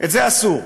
אז זה, אסור.